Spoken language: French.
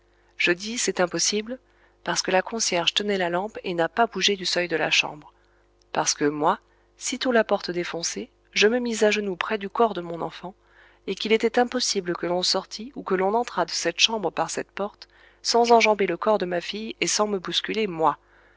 je dis c'est impossible parce que la concierge tenait la lampe et n'a pas bougé du seuil de la chambre parce que moi sitôt la porte défoncée je me mis à genoux près du corps de mon enfant et qu'il était impossible que l'on sortît ou que l'on entrât de cette chambre par cette porte sans enjamber le corps de ma fille et sans me bousculer moi